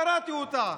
קראתי אותה.